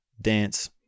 dance